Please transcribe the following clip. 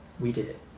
we did it!